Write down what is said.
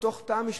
על התא המשפחתי,